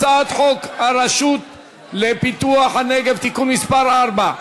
הצעת חוק הרשות לפיתוח הנגב (תיקון מס' 4)